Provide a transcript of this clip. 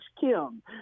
kim